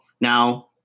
Now